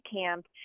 camp